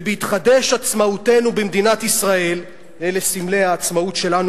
"ובהתחדש עצמאותנו במדינת ישראל" אלה סמלי העצמאות שלנו,